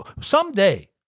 someday